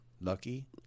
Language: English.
Lucky